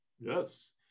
yes